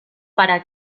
para